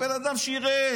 הבן אדם שירת